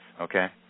okay